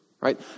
right